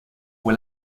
fue